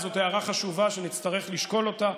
זאת הערה חשובה, שנצטרך לשקול אותה.